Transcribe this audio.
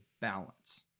balance